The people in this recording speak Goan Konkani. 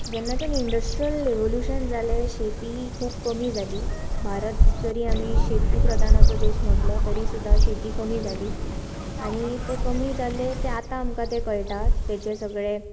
जेन्नाच्यान इंडस्ट्रीयल रेवुल्यूशन जाले शेतीं खूब कमी जाली भारत जरी आमी शेती प्रदानाचो देश म्हटलो तरी सुदा शेतीं कमी जाली आनी ते कमी जाल्लें ते आता आमकां कळटां ताचें सगळें